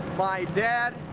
my dad,